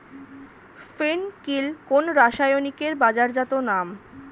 ফেন কিল কোন রাসায়নিকের বাজারজাত নাম?